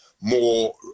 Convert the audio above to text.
more